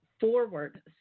forward